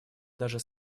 даже